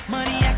Money